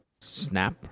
snap